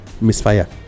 misfire